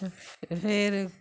फिर